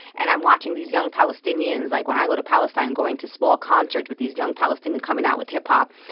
and i'm watching these young palestinians, like, when i go to palestine going to small concerts with these young palestinians coming out with hip-hop.